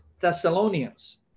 Thessalonians